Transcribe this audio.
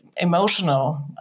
emotional